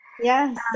Yes